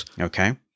Okay